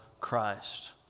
Christ